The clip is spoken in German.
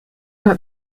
hat